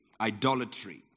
Idolatry